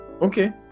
okay